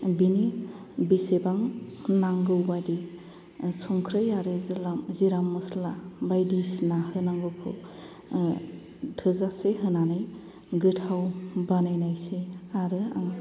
बेनि बेसेबां नांगौबादि संख्रै आरो जिला जिरा मस्ला बायदिसिना होनांगौखौ थोजासे होनानै गोथाव बानायनायसै आरो आं